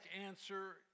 answer